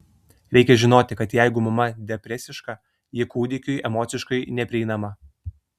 reikia žinoti kad jeigu mama depresiška ji kūdikiui emociškai neprieinama